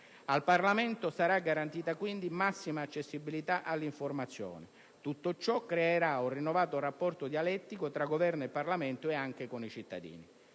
Al Parlamento sarà garantita quindi massima accessibilità all'informazione. Tutto ciò creerà un rinnovato rapporto dialettico tra Governo e Parlamento e anche con i cittadini.